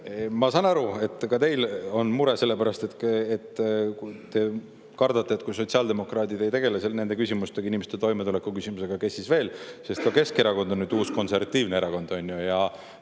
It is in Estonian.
Ma saan aru, et ka teil on mure selle pärast, te kardate, et kui sotsiaaldemokraadid ei tegele nende küsimustega, inimeste toimetuleku küsimusega, kes siis veel, sest ka Keskerakond on nüüd uus konservatiivne erakond, uued